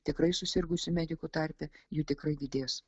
tikrai susirgusių medikų tarpe jų tikrai didės